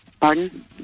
Pardon